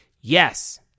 Yes